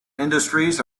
industries